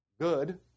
Good